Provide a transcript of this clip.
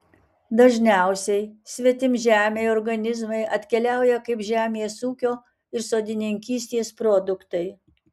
dažniausiai svetimžemiai organizmai atkeliauja kaip žemės ūkio ir sodininkystės produktai